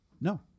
no